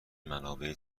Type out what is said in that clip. منابع